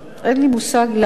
אין לי מושג למה.